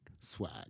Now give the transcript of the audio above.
swag